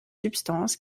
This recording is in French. substance